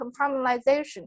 compartmentalization